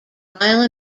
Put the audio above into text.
mile